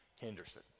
Henderson